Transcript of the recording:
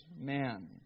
man